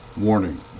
Warning